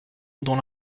dans